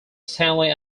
stanley